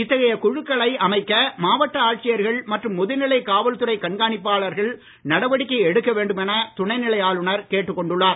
இத்தகைய குழுக்களை அமைக்க மாவட்ட ஆட்சியர்கள் மற்றும் முதுநிலை காவல்துறை கண்காணிப்பாளர்கள் நடவடிக்கை எடுக்க வேண்டும் என துணை நிலை ஆளுநர் கேட்டுக் கொண்டுள்ளார்